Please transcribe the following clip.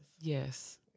Yes